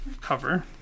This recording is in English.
cover